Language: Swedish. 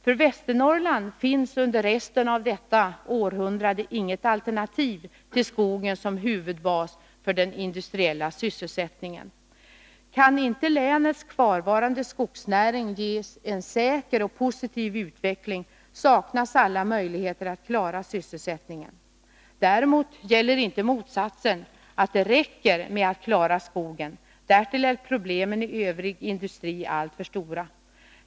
För Västernorrland finns under resten av detta århundrade inget alternativ till skogen som huvudbas för den industriella sysselsättningen. Kan inte länets kvarvarande skogsnäring ges en säker och positiv utveckling, saknas alla möjligheter att klara sysselsättningen. Däremot gäller inte motsatsen, att det räcker med att klara skogen — därtill är problemen i övrig industri alltför stora.